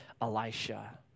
Elisha